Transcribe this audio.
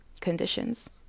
conditions